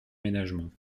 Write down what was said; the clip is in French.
ménagement